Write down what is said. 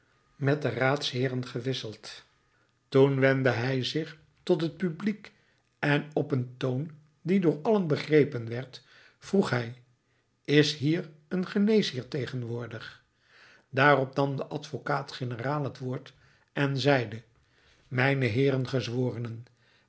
met de raadsheeren gewisseld toen wendde hij zich tot het publiek en op een toon die door allen begrepen werd vroeg hij is hier een geneesheer tegenwoordig daarop nam de advocaat-generaal het woord en zeide mijne heeren